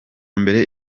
mbere